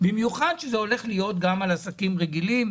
במיוחד כשזה הולך להיות גם על עסקים רגילים,